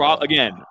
again